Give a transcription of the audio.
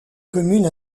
commune